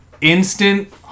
instant